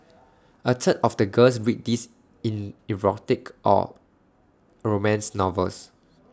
A third of the girls read these in erotic or romance novels